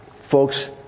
Folks